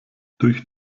durch